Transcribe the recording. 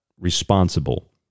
responsible